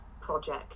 project